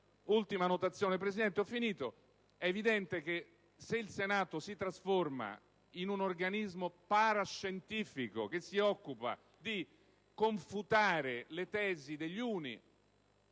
Ultima notazione, signora Presidente, e ho finito: è evidente che, se il Senato si trasforma in un organismo parascientifico che si occupa di confutare le tesi degli uni